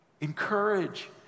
Encourage